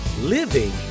living